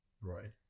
Right